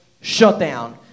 shutdown